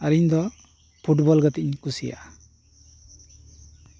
ᱟᱨ ᱤᱧ ᱫᱚ ᱯᱷᱩᱴᱵᱚᱞ ᱜᱟᱛᱮᱜ ᱤᱧ ᱠᱩᱥᱤᱭᱟᱜᱼᱟ